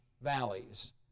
valleys